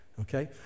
okay